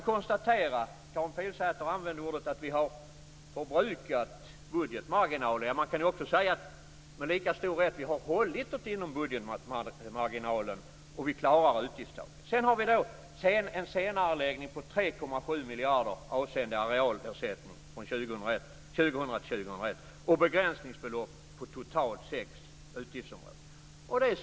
Karin Pilsäter sade att vi har förbrukat budgeteringsmarginalen. Man kan också säga, med lika stor rätt, att vi har hållit oss inom budgeteringsmarginalen och att vi klarar utgiftstaket. Sedan har vi en senareläggning på 3,7 miljarder avseende arealersättning från 2000 till 2001 och begränsningsbelopp på totalt sex utgiftsområden.